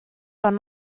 but